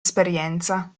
esperienza